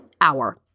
hour